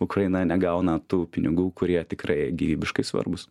ukraina negauna tų pinigų kurie tikrai gyvybiškai svarbūs